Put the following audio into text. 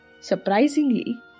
Surprisingly